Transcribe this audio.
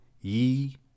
ye